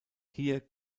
hier